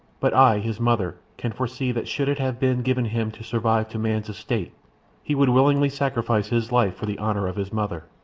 but i, his mother, can foresee that should it have been given him to survive to man's estate he would willingly sacrifice his life for the honour of his mother.